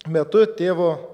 metu tėvo